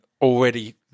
already